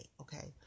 okay